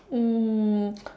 um